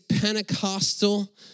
Pentecostal